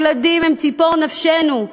הילדים הם ציפור נפשנו,